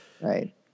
right